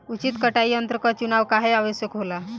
उचित कटाई यंत्र क चुनाव काहें आवश्यक होला?